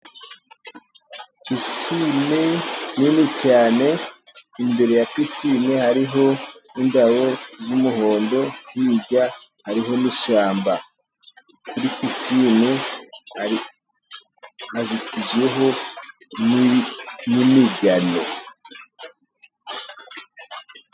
Pisine nini cyane, imbere ya pisine hariho indabo z'umuhondo, hirya hariho n'ishyamba. Kuri pisine hazitijeho n'imigano.